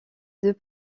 deux